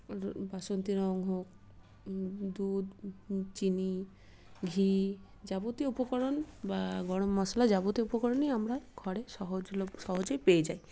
বাসন্তী রং হোক দুধ চিনি ঘি যাবতীয় উপকরণ বা গরম মশলা যাবতীয় উপকরণই আমরা ঘরে সহজলভ্য সহজেই পেয়ে যাই